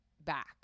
back